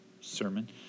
sermon